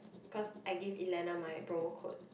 cause I gave Elena my promo code